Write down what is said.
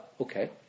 Okay